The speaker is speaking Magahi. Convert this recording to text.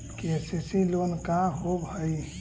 के.सी.सी लोन का होब हइ?